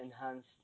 enhanced